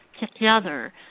together